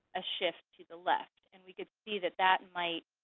a shift to the left. and we could see that that might